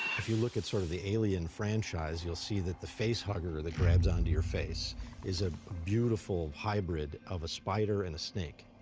if you look at, sort of, the alien franchise, you'll see that the face hugger that grabs onto your face is a beautiful hybrid of a spider and a snake.